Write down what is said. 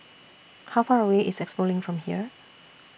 How Far away IS Expo LINK from here